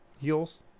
heals